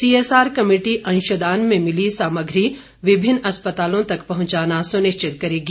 CSR committee अंशदान में मिली सामग्री विभिन्न अस्पतालों तक पहुंचाना सुनिश्चित करेगी